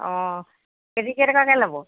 অঁ K G কেইটকাকৈ ল'ব